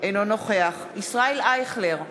אינו נוכח ישראל אייכלר,